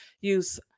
Use